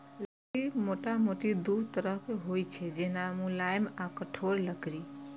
लकड़ी मोटामोटी दू तरहक होइ छै, जेना, मुलायम आ कठोर लकड़ी